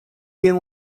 been